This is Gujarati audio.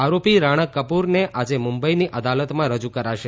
આરોપી રાણાકપૂરને આજે મુંબઇની અદાલતમાં રજૂ કરાશે